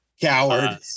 Coward